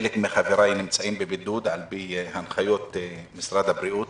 חלק מחבריי נמצאים בבידוד על פי הנחיות משרד הבריאות.